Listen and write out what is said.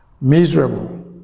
Miserable